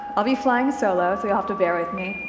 i'll be flying solo, so you'll have to bear with me.